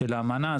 של האמנה.